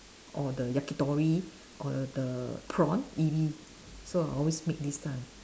or the yakitori or the the prawn ebi so I will always make this kind